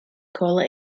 caller